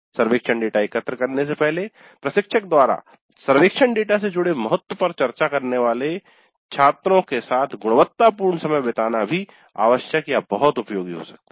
सर्वेक्षण डेटा एकत्र करने से पहले प्रशिक्षक द्वारा सर्वेक्षण डेटा से जुड़े महत्व पर चर्चा करने वाले छात्रों के साथ गुणवत्तापूर्ण समय बिताना भी आवश्यक या बहुत उपयोगी हो सकता है